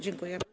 Dziękuję.